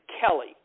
Kelly